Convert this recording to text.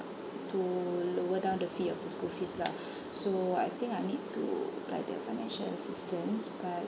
to lower down the fee of the school fees lah so I think I need to like that financial assistance but